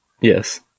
Yes